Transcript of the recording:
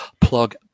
plug